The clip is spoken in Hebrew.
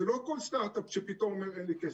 זה לא כל סטארט-אפ שפתאום אין לו כסף.